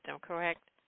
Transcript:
correct